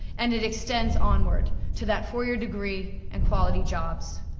and it extends onward, to that four year degree, and quality jobs.